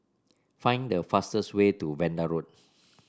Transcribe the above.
find the fastest way to Vanda Road